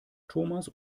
thomas